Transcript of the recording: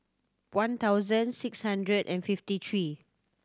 one thousand six hundred and fifty three